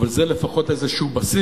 אבל זה לפחות איזה בסיס,